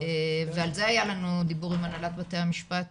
ועל זה היה לנו דיבור עם הנהלת בתי המשפט